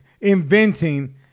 inventing